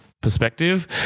perspective